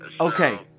Okay